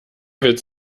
witz